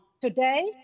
Today